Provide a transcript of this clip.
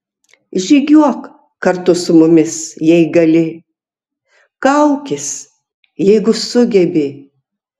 žygiuok kartu su mumis jei gali kaukis jeigu sugebi